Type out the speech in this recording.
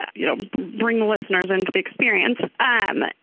you know bringing listeners into the experience. um